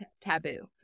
taboo